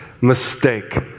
mistake